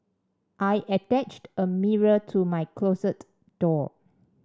I attached a mirror to my closet door